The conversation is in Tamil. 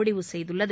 முடிவு செய்துள்ளது